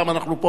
פעם אנחנו פה,